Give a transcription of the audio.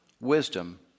wisdom